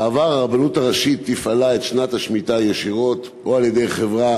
בעבר הרבנות הראשית תפעלה את שנת השמיטה ישירות או על-ידי חברה